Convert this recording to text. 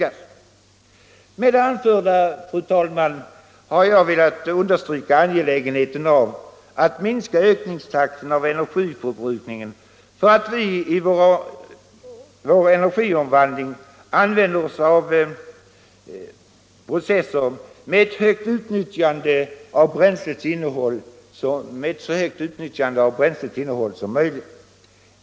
Med det anförda har jag velat understryka angelägenheten av att minska ökningstakten i energiförbrukningen och att vi i vår energiomvandling använder oss av processer med ett så högt utnyttjande av bränslets innehåll som möjligt.